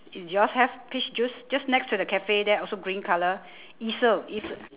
is yours have peach juice just next to the cafe there also green colour easel eas~